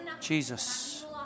Jesus